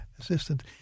assistant